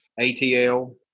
ATL